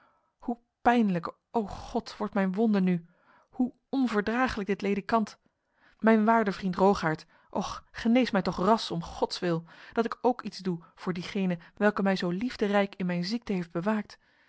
hoe pijnlijk o god wordt mijn wonde nu hoe onverdraaglijk dit ledikant mijn waarde vriend rogaert och genees mij toch ras om gods wil dat ik ook iets doe voor diegene welke mij zo liefderijk in mijn ziekte heeft bewaakt